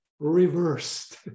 Reversed